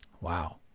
Wow